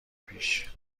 پیش